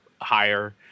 higher